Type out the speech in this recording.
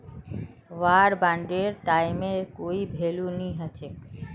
वार बांडेर टाइमेर कोई भेलू नी हछेक